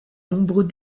nombreux